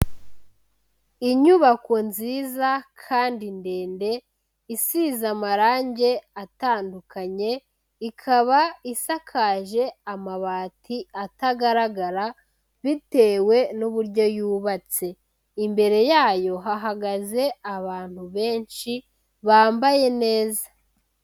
Inyubako nziza kandi ndende, isize amarangi atandukanye, ikaba isakaje amabati atagaragara bitewe n'uburyo yubatse, imbere yayo hahagaze abantu benshi bambaye neza.